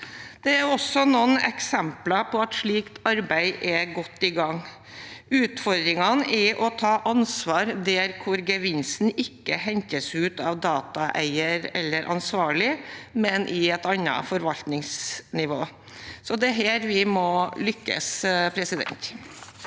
Det er også noen eksempler på at slikt arbeid er godt i gang. Utfordringen er å ta ansvar der hvor gevinsten ikke hentes ut av dataeieren eller den ansvarlige, men på et annet forvaltningsnivå. Det er her vi må lykkes.